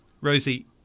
rosie